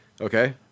okay